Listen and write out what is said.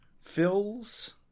...fills